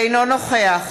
אינו נוכח